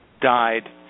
died